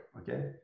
okay